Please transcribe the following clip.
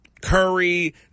Curry